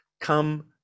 come